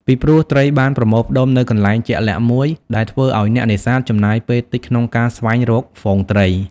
ពីព្រោះ ត្រីបានប្រមូលផ្តុំនៅកន្លែងជាក់លាក់មួយ ដែលធ្វើឱ្យអ្នកនេសាទចំណាយពេលតិចក្នុងការស្វែងរកហ្វូងត្រី។